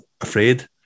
afraid